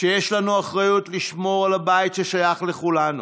שיש לנו אחריות לשמור על הבית ששייך לכולנו,